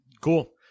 cool